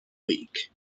week